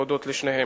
להודות לשניהם.